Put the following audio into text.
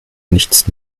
nichts